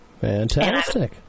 Fantastic